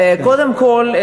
קודם כול,